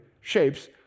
shapes